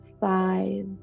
five